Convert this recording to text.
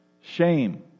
shame